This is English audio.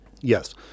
Yes